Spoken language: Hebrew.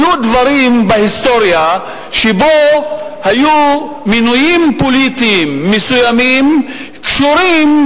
היו דברים בהיסטוריה שבהם היו מינויים פוליטיים מסוימים קשורים